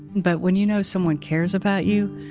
but when you know someone cares about you